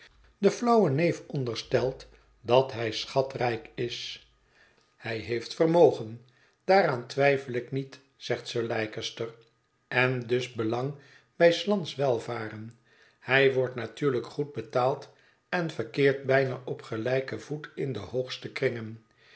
de flauwe neef onderstelt dat hij schatrijk is hij heeft vermogen daaraan twijfel ik niet zegt sir leicester en dus belang bij s lands welvaren hij wordt natuurlijk goed betaald en verkeert bijna op gelijken voet in de hoogste kringen